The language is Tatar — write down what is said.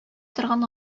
торган